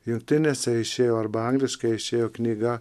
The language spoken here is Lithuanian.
jungtinėse išėjo arba angliškai išėjo knyga